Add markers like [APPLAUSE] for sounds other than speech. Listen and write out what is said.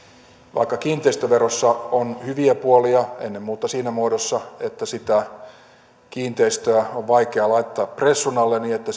vaikka kiinteistöverossa on hyviä puolia ennen muuta siinä muodossa että sitä kiinteistöä on vaikea laittaa pressun alle niin että [UNINTELLIGIBLE]